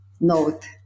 note